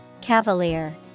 Cavalier